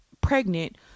pregnant